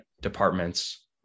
departments